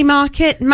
market